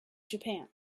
japan